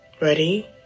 Ready